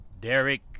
Derek